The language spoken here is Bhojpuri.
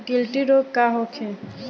गिल्टी रोग का होखे?